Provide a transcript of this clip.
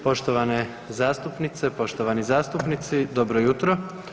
Poštovane zastupnice, poštovani zastupnici dobro jutro.